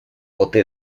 ote